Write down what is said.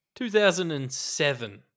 2007